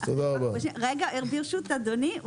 ברשות אדוני,